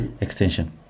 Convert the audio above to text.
extension